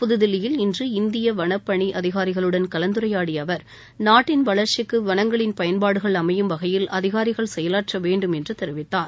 புத்தில்லியில் இன்று இந்திய வன பணி அதிகாரிகளுடன் கலந்துரையாடிய அவர் நாட்டின் வளர்ச்சிக்கு வளங்களின் பயன்பாடுகள் அமையும் வகையில் அதிகாரிகள் செயலாற்ற வேண்டும் என்று தெரிவித்தார்